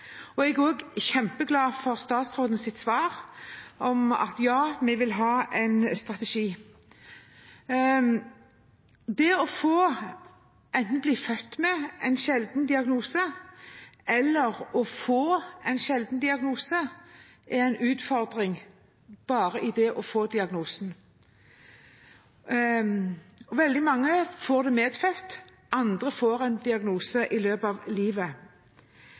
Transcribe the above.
og takke interpellanten. Dette er en kjempeviktig sak, og jeg er også kjempeglad for statsrådens svar om at ja, vi vil ha en strategi. Å bli født med eller å få en sjelden diagnose er en utfordring – bare det å få diagnosen. Veldig mange har det medfødt, andre får en diagnose i løpet av livet,